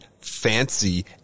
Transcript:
fancy